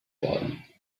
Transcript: worden